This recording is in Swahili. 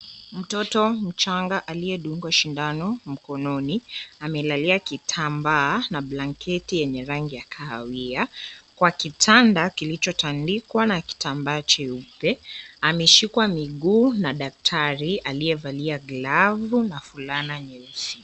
Mtoto mchanga aliyedungwa sindano mkononi, amelalia kitambaa na blanketi yenye rangi ya kahawia, kwa kitanda kilichotandikwa na kitambaa cheupe. Ameshikwa miguu na daktari aliyevalia glavu na fulana nyeusi.